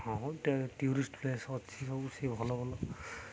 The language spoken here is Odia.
ହଁ ଟୁରିଷ୍ଟ ପ୍ଲେସ ଅଛି ହଉ ସେ ଭଲ ଭଲ